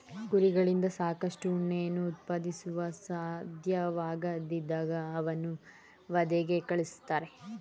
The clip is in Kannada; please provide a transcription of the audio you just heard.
ಕುರಿಗಳಿಂದ ಸಾಕಷ್ಟು ಉಣ್ಣೆಯನ್ನು ಉತ್ಪಾದಿಸಲು ಸಾಧ್ಯವಾಗದಿದ್ದಾಗ ಅವನ್ನು ವಧೆಗೆ ಕಳಿಸ್ತಾರೆ